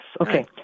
okay